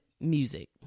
music